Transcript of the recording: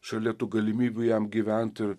šalia tų galimybių jam gyventi ir